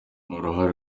uruhare